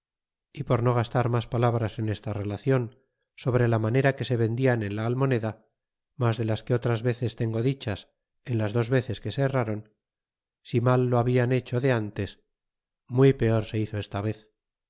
y por no gastar mas palabras en esta relacion sobre la manera que se vendian en la almoneda mas de las que otras veces tengo dichas en las dos veces que se herrron si mal lo hablan hecho de ntes muy peor se hizo esta vez